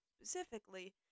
specifically